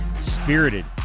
spirited